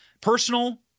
Personal